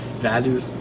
values